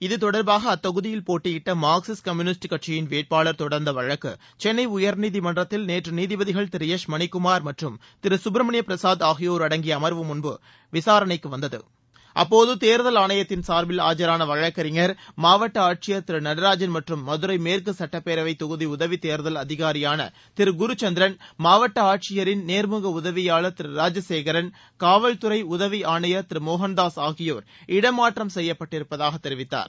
இதுதொடர்பாக அத்தொகுதியில் போட்டியிட்ட மார்க்சிஸ்ட் கம்யூனிஸ்ட் கட்சியின் வேட்பாளர் தொடர்ந்த வழக்கு சென்னை உயர்நீதிமன்றத்தில்நேற்று நீதிபதிகள் திருஎஸ் மணிக்குமார் மற்றும் திரு சுப்பிரமணியம் பிரசாத் ஆகியோர் அடங்கிய அமர்வு முன்பு விசாரணைக்கு வந்தது அப்போது தேர்தல் ஆணையத்தின் சார்பில் ஆஜரான வழக்கறிஞர் மாவட்ட ஆட்சியர் திரு நடராஜன் மற்றும் மதுரை மேற்கு சுட்டப்பேரவைத் தொகுதி உதவித் தேர்தல் அதிகாரியான திரு குருசந்திரன் மாவட்ட ஆட்சியரின் நேர்முக உதவியாளர் திரு ராஜசேகரன் காவல்துறை உதவி ஆணையர் திரு மோகன்தாஸ் ஆகியோர் இடமாற்றம் செய்யப்பட்டிருப்பதாகத் தெரிவித்தார்